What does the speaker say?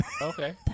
Okay